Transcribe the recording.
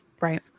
right